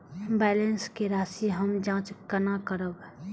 Balance के राशि हम जाँच केना करब?